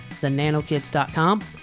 thenanokids.com